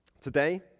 today